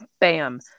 bam